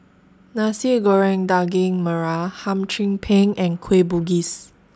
Nasi Goreng Daging Merah Hum Chim Peng and Kueh Bugis